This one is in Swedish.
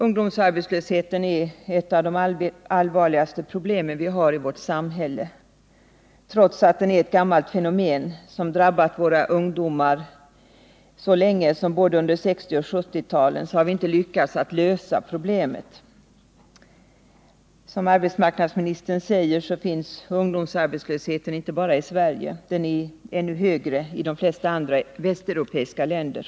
Ungdomsarbetslösheten är ett av de allvarligaste problemen vi har i vårt samhälle. Trots att den är ett gammalt fenomen som drabbat våra ungdomar så lång tid som under både 1960 och 1970-talen har vi inte lyckats lösa problemet. Som arbetsmarknadsministern sade finns ungdomsarbetslösheten inte bara i Sverige. Den är ännu högre i de flesta andra västeuropeiska länder.